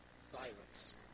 silence